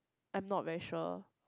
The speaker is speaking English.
I'm not very sure